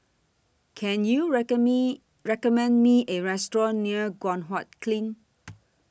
Can YOU Me recommend Me A Restaurant near Guan Huat Kiln